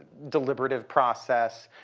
deliberative process.